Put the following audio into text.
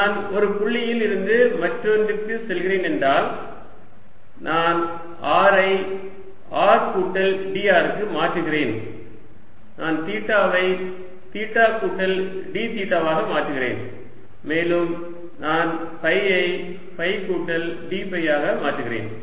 நான் ஒரு புள்ளியில் இருந்து மற்றொன்றுக்குச் செல்கிறேன் என்றால் நான் r ஐ r கூட்டல் dr க்கு மாற்றுகிறேன் நான் தீட்டாவை தீட்டா கூட்டல் d தீட்டாவாக மாற்றுகிறேன் மேலும் நான் ஃபை ஐ ஃபை கூட்டல் d ஃபை ஆக மாற்றுகிறேன்